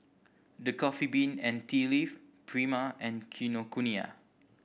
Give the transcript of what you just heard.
The Coffee Bean and Tea Leaf Prima and Kinokuniya